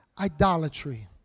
idolatry